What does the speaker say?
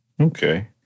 Okay